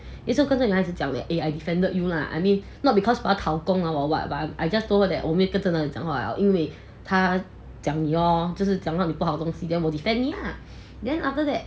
就跟那女孩子讲 eh I defended you lah I mean not because 我要陶工劳 or what but I I just told her that 我没有跟这男孩子讲话了因为他讲你咯就是讲你不好东西 then I defend 你 lah then after that